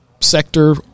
sector